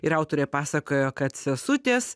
ir autorė pasakojo kad sesutės